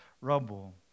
rubble